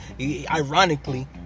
Ironically